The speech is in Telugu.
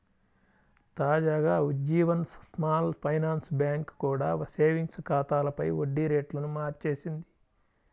తాజాగా ఉజ్జీవన్ స్మాల్ ఫైనాన్స్ బ్యాంక్ కూడా సేవింగ్స్ ఖాతాలపై వడ్డీ రేట్లను మార్చేసింది